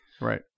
Right